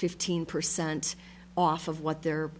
fifteen percent off of what their